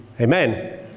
amen